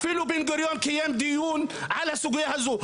אפילו בן גוריון קיים דיון על הסוגייה הזו.